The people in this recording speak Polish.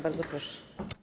Bardzo proszę.